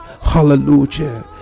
Hallelujah